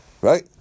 Right